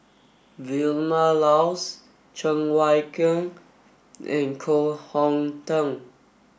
Vilma Laus Cheng Wai Keung and Koh Hong Teng